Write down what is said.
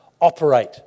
operate